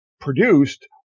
produced